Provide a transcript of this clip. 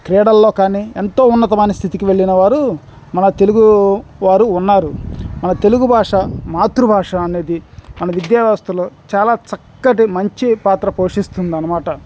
క్రీడల్లో కానీ ఎంతో ఉన్నతమైన స్థితికి వెళ్ళిన వారు మన తెలుగు వారు ఉన్నారు మన తెలుగు భాష మాతృభాష అనేది మన విద్యా వ్యవస్థలో చాలా చక్కటి మంచి పాత్ర పోషిస్తుందనమాట